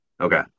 Okay